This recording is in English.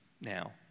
now